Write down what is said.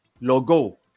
logo